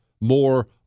more